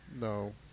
no